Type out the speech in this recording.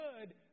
good